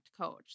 coach